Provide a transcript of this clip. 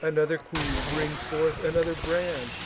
another queen brings forth another brand,